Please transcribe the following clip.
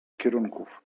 kierunków